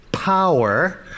Power